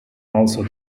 also